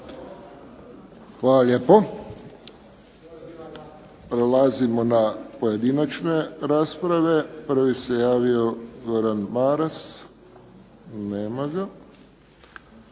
Hvala lijepo. Prelazimo na pojedinačne rasprave. Prvi se javio Gordan Maras, gubi